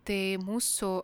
tai mūsų